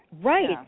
Right